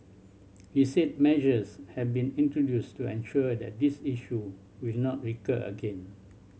he said measures have been introduced to ensure that this issue will not recur again